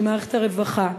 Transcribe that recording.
של מערכת הרווחה,